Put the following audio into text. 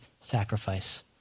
sacrifice